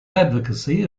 advocacy